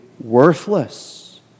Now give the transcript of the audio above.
worthless